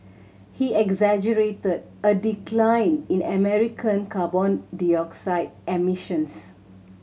he exaggerated a decline in American carbon dioxide emissions